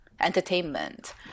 entertainment